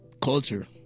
Culture